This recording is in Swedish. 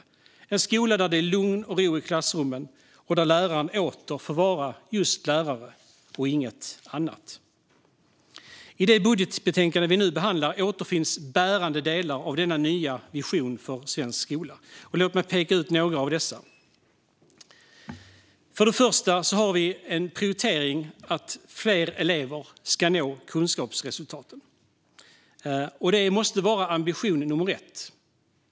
Det är en skola där det är lugn och ro i klassrummen och där läraren åter får vara just lärare och inget annat. I det budgetbetänkande vi nu behandlar återfinns bärande delar av denna nya vision för svensk skola. Låt mig peka ut några av dessa: En första prioritering är ambitionen att fler elever ska nå kunskapsresultaten. Det måste vara ambition nummer 1.